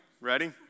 Ready